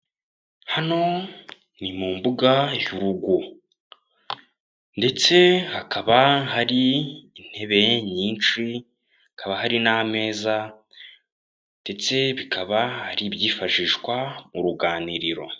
Hano ni mu mbuga y'urugo ndetse hakaba hari intebe nyinshi hakaba hari n'ameza ndetse bikaba ari byifashishwa mu ruganiriro.